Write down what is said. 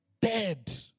dead